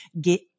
get